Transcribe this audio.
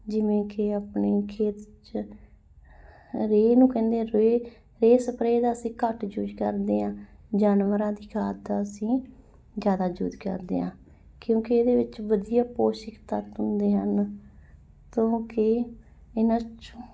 ਜਿਵੇਂ ਕਿ ਆਪਣੇ ਖੇਤ 'ਚ ਰੇਹ ਨੂੰ ਕਹਿੰਦੇ ਰੇਹ ਸਪਰੇ ਦਾ ਅਸੀਂ ਘੱਟ ਯੂਜ ਕਰਦੇ ਹਾਂ ਜਾਨਵਰਾਂ ਦੀ ਖਾਦ ਦਾ ਅਸੀਂ ਜ਼ਿਆਦਾ ਯੂਜ ਕਰਦੇ ਹਾਂ ਕਿਉਂਕਿ ਇਹਦੇ ਵਿੱਚ ਵਧੀਆ ਪੋਸ਼ਟਿਕ ਤੱਤ ਹੁੰਦੇ ਹਨ ਤੋ ਕਿ ਇਹਨਾਂ 'ਚੋਂ